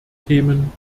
themen